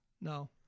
No